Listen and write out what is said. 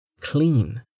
clean